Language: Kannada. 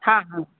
ಹಾಂ ಹಾಂ